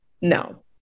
no